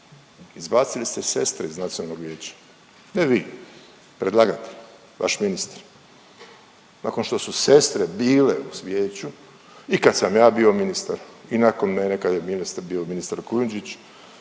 Izbacili ste sestre iz Nacionalnog vijeća. Ne vi, predlagatelj, vaš ministar. Nakon što su sestre bile u vijeću i kad sam ja bio ministar i nakon mene kad je ministar bio